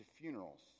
funerals